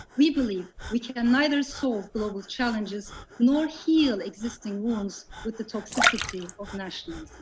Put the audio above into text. we believe we can neither solve global challenges nor heal existing wounds with the toxicity of nationalism.